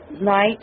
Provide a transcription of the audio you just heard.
night